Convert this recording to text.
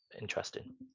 interesting